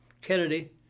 Kennedy